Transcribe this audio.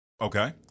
Okay